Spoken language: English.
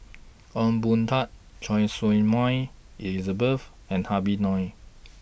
Ong Boon Tat Choy Su Moi Elizabeth and Habib Noh